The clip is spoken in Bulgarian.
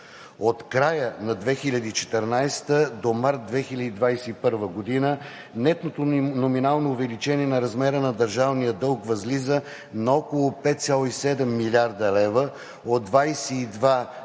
От края на 2014 г. до месец март 2021 г. нетното номинално увеличение на размера на държавния дълг възлиза на около 5,7 млрд. лв. – от 22 млрд.